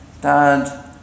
Dad